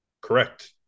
Correct